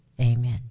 Amen